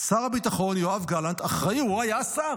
שר הביטחון יואב גלנט אחראי, הוא היה שר.